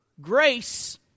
Grace